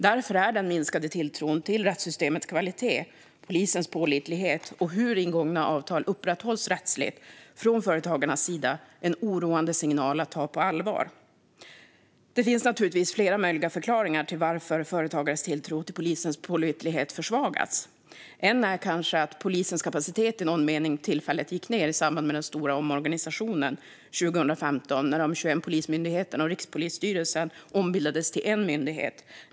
Därför är den minskade tilltron till rättssystemets kvalitet, polisens pålitlighet och hur ingångna avtal upprätthålls rättsligt från företagarnas sida en oroande signal att på allvar. Det finns naturligtvis flera möjliga förklaringar till varför företagares tilltro till polisens pålitlighet har försvagats. En är kanske att polisens kapacitet i någon mening tillfälligt gick ned i samband med den stora omorganisationen 2015 när de 21 polismyndigheterna och Rikspolisstyrelsen ombildades till en myndighet.